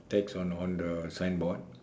text on on the signboard